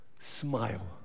smile